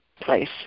place